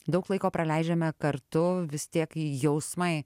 daug laiko praleidžiame kartu vis tiek jausmai